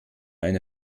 eine